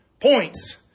points